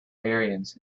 baryons